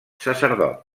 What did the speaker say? sacerdot